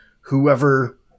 whoever